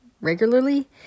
regularly